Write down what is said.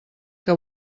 que